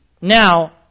now